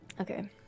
Okay